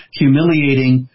humiliating